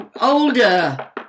Older